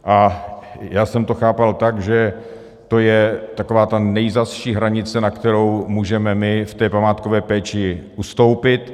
A já jsem to chápal tak, že to je taková ta nejzazší hranice, na kterou můžeme my v té památkové péči ustoupit.